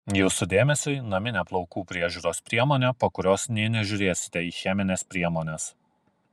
jūsų dėmesiui naminė plaukų priežiūros priemonė po kurios nė nežiūrėsite į chemines priemones